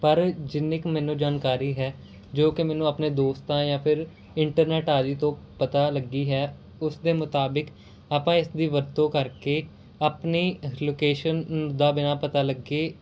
ਪਰ ਜਿੰਨੀ ਕੁ ਮੈਨੂੰ ਜਾਣਕਾਰੀ ਹੈ ਜੋ ਕਿ ਮੈਨੂੰ ਆਪਣੇ ਦੋਸਤਾਂ ਜਾਂ ਫਿਰ ਇੰਟਰਨੈਟ ਆਦਿ ਤੋਂ ਪਤਾ ਲੱਗੀ ਹੈ ਉਸ ਦੇ ਮੁਤਾਬਕ ਆਪਾਂ ਇਸਦੀ ਵਰਤੋਂ ਕਰਕੇ ਆਪਣੇ ਲੋਕੇਸ਼ਨ ਦਾ ਬਿਨਾਂ ਪਤਾ ਲੱਗੇ